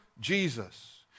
Jesus